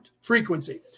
frequency